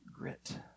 grit